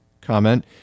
Comment